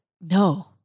No